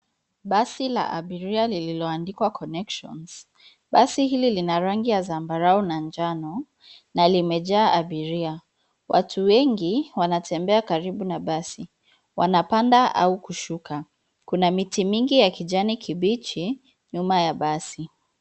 Basi la abiria liloandikwa [connections] basi hili lina rangi ya zambarau na njano na limejaa abiria, watu wengi wanatembea karibu na basi, wanapanda au kushuka, kuna miti mingi ya kijani kibichi nyuma ya basi.